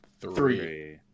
Three